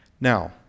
Now